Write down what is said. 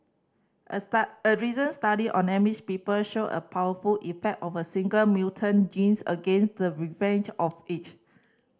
a a recent study on Amish people showed a powerful effect of a single mutant genes against the ravage of age